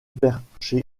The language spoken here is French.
perché